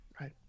Right